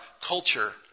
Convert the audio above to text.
culture